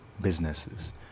businesses